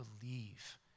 believe